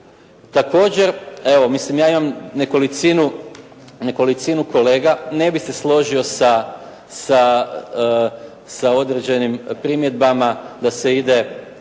Također, evo mislim ja vam nekolicinu kolega ne bi se složio sa određenim primjedbama da se ide,